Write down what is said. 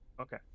Okay